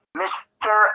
mr